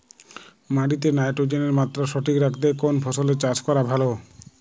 মাটিতে নাইট্রোজেনের মাত্রা সঠিক রাখতে কোন ফসলের চাষ করা ভালো?